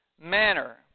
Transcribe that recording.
manner